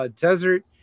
desert